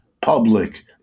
public